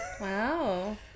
Wow